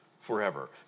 forever